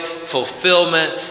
fulfillment